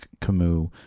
Camus